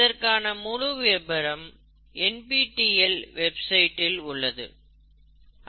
இதற்கான முழு விபரம் என் பி டி எல் வெப்சைட்இல் உள்ளது